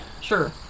Sure